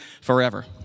forever